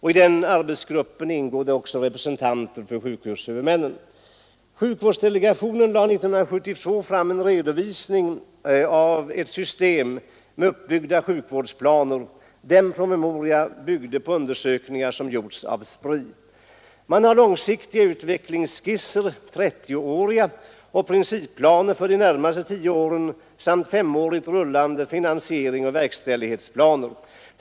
I den arbetsgruppen ingår det också representanter för sjukvårdshuvudmännen. Sjukvårdsdelegationen lade 1972 fram en redovisning av ett system med uppbyggda sjukvårdsplaner. Denna promemoria byggde på undersökningar som gjorts av SPRI. Det har utarbetats långsiktiga utvecklingsskisser — 30-åriga — och principplaner för de närmaste tio åren samt femåriga rullande finansieringsoch verkställighetsplaner.